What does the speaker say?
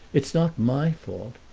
it's not my fault!